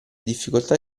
difficoltà